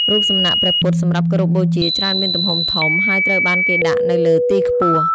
រូបសំណាក់ព្រះពុទ្ធសម្រាប់គោរពបូជាច្រើនមានទំហំធំ ហើយត្រូវបានគេដាក់នៅលើទីខ្ពស់។